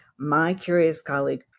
MyCuriousColleague